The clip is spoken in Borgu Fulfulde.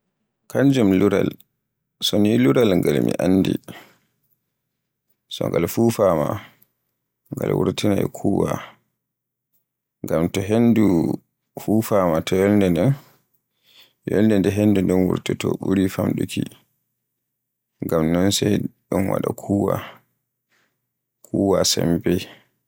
Kanjum luural, so mi luural ngal mi andi so ngal fufaama ngam wurtinay kuwwa. Ngam to hendu fufaama ta yolnde nden, yolnde nden hendu nde wutoto ɓuri famɗuki. Ngam non sai ɗun waɗa kuwwa, kuwwa sembe